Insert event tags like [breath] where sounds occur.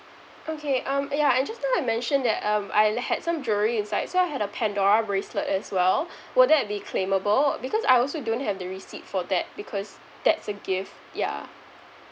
okay um yeah and I just now I mentioned that um I had some jewelry inside so I had a pandora bracelet as well [breath] would that be claimable because I also don't have the receipt for that because that's a gift yeah